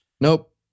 Nope